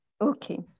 okay